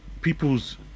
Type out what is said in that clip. People's